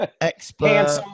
expert